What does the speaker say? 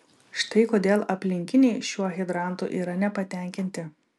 štai kodėl aplinkiniai šiuo hidrantu yra nepatenkinti